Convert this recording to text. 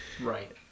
Right